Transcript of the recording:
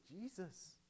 Jesus